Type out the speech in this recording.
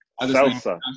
Salsa